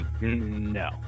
No